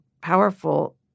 powerful